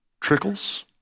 trickles